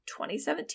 2017